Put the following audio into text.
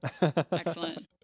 Excellent